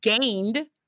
gained